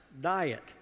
diet